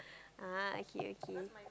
ah okay okay